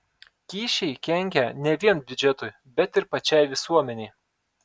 kyšiai kenkia ne vien biudžetui bet ir pačiai visuomenei